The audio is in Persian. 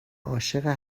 عاشق